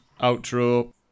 Outro